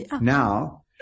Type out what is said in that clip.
Now